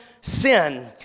sin